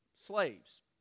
slaves